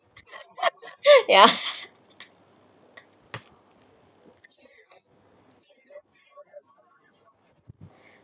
yeah